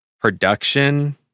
production